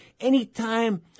Anytime